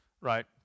right